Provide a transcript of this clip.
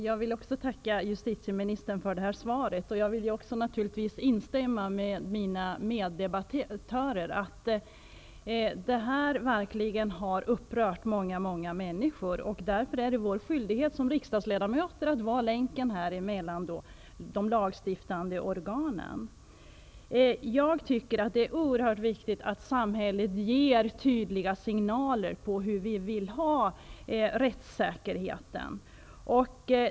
Herr talman! Också jag vill tacka justitieministern för svaret. Jag vill instämma med mina meddebattörer i att det här verkligen har upprört många människor. Det är vår skyldighet som riksdagsledamöter att vara länken mellan de lagstiftande organen i detta sammanhang. Jag tycker att det är oerhört viktigt att samhället ger tydliga signaler om hur vi vill ha det när det gäller rättssäkerheten.